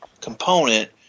component